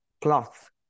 cloth